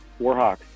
Warhawks